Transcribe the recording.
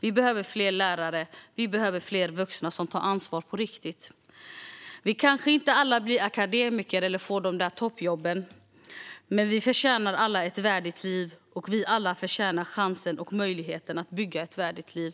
Vi behöver fler lärare och fler vuxna som på riktigt tar ansvar. Alla blir kanske inte akademiker eller får de där toppjobben, men alla förtjänar ett värdigt liv. Och alla förtjänar att få en chans och en möjlighet att bygga ett värdigt liv.